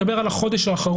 אני מדבר על החודש האחרון,